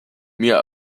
mir